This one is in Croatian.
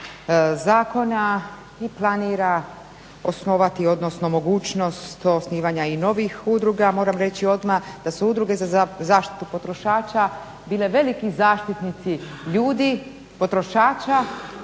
zakona i planira osnovati, odnosno mogućnost osnivanja i novih udruga. Moram reći odmah da su udruge za zaštitu potrošača bile veliki zaštitnici ljudi, potrošača